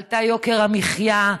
עלה יוקר המחיה,